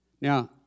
Now